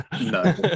no